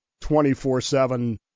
24-7